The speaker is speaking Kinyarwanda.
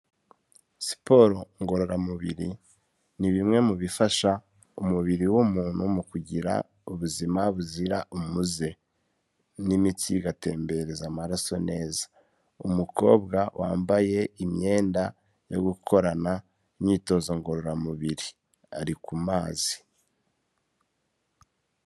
Siporo ngororamubiri, ni bimwe mu bifasha umubiri w'umuntu mu kugira ubuzima buzira umuze n'imitsi bigatembereza amaraso neza. Umukobwa wambaye imyenda yo gukorana imyitozo ngororamubiri, ari ku mazi.